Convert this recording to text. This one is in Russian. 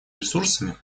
ресурсами